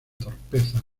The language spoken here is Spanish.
torpeza